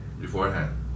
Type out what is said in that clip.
Beforehand